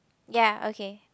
ya okay